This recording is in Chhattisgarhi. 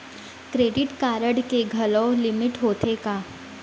क्रेडिट कारड के घलव लिमिट होथे का?